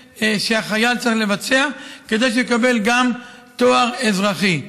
שהחייל צריך לבצע כדי שהוא יקבל גם תואר אזרחי,